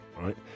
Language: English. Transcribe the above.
right